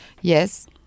Yes